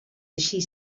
així